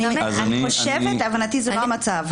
אני חושבת שלהבנתי זה לא המצב.